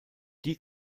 die